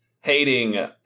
hating